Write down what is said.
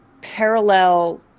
parallel